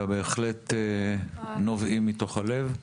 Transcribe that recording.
שבהחלט נובעים מתוך הלב.